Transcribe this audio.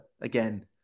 again